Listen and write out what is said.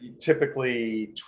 typically